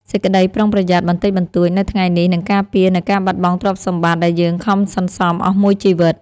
សេចក្តីប្រុងប្រយ័ត្នបន្តិចបន្តួចនៅថ្ងៃនេះនឹងការពារនូវការបាត់បង់ទ្រព្យសម្បត្តិដែលយើងខំសន្សំអស់មួយជីវិត។